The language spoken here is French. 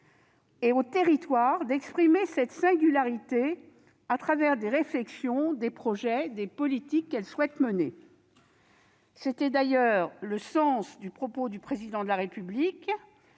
et aux territoires d'exprimer cette singularité à travers des réflexions, des projets, des politiques qu'ils souhaitent mener. Tel était d'ailleurs le sens du propos du Président de la République